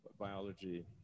biology